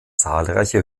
zahlreiche